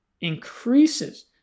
increases